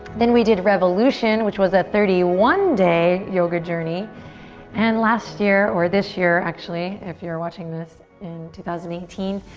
then we did revolution which was a thirty one day yoga journey and last year, or this year actually if you're watching this, in two thousand and eighteen,